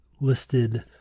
listed